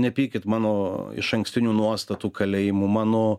nepykit mano išankstinių nuostatų kalėjimų mano